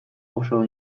oso